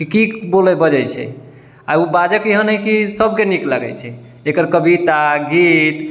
की बोल बजै छै आओर ओ बाजैके एहन हइ कि सबके नीक लागै छै एकर कविता गीत